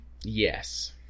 Yes